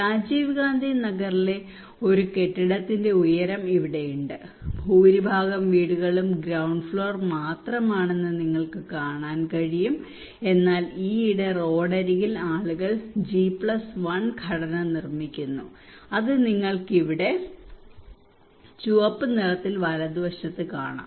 രാജീവ് ഗാന്ധി നഗറിലെ ഒരു കെട്ടിടത്തിന്റെ ഉയരം ഇവിടെയുണ്ട് ഭൂരിഭാഗം വീടുകളും ഗ്രൌണ്ട് ഫ്ലോർ മാത്രമാണെന്ന് നിങ്ങൾക്ക് കാണാൻ കഴിയും എന്നാൽ ഈയിടെ റോഡരികിൽ ആളുകൾ G1 ഘടന നിർമ്മിക്കുന്നു അത് നിങ്ങൾക്ക് ഇവിടെ ചുവപ്പ് നിറത്തിൽ വലതുവശത്ത് കാണാം